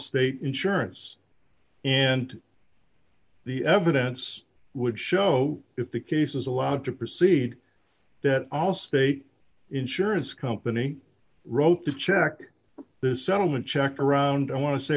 allstate insurance and the evidence would show if the case is allowed to proceed that allstate insurance company wrote the check the settlement check around i wan